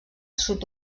sud